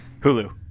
Hulu